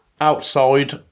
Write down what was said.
outside